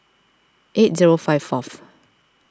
eight zero five fourth